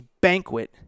banquet